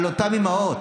על אותן אימהות.